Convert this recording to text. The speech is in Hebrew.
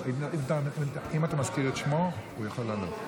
אם אתה מזכיר את שמו, הוא יכול לעלות.